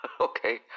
Okay